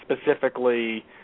specifically